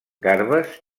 garbes